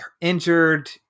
injured